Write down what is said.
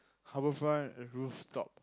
HabourFront uh rooftop